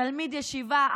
תלמיד ישיבה,